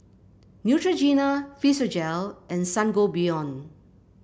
Neutrogena Physiogel and Sangobion